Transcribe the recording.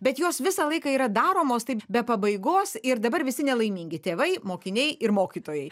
bet jos visą laiką yra daromos taip be pabaigos ir dabar visi nelaimingi tėvai mokiniai ir mokytojai